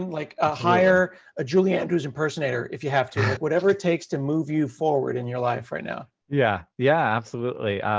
um like, ah hire julie andrews impersonator if you have to. like, whatever it takes to move you forward in your life right now. yeah, yeah, absolutely.